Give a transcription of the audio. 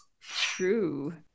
true